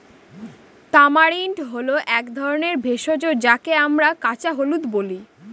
tamarind হয় এক ধরনের ভেষজ যাকে আমরা কাঁচা হলুদ বলি